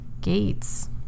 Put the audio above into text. gates